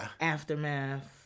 Aftermath